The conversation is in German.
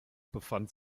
befand